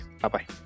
Bye-bye